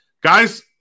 guys